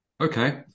Okay